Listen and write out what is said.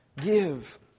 Give